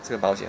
这个保险